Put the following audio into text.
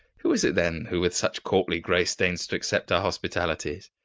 who is it then who with such courtly grace deigns to accept our hospitalities?